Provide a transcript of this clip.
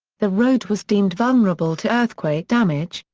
the road was deemed vulnerable to earthquake damage,